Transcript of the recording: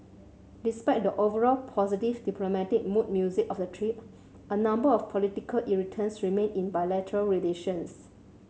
despite the overall positive diplomatic mood music of the trip a number of political irritants remain in bilateral relations